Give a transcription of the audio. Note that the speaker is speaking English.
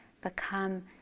become